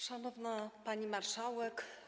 Szanowna Pani Marszałek!